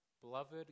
Beloved